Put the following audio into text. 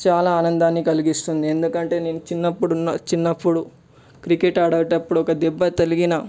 చాలా ఆనందాన్ని కలిగిస్తుంది ఎందుకంటే నేను చిన్నప్పుడు చిన్నప్పుడు క్రికెట్ ఆడేటప్పుడు ఒక దెబ్బ తగిలిన